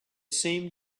seemed